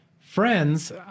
Friends